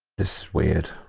the sweat